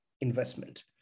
investment